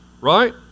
right